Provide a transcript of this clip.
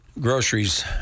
groceries